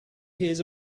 hears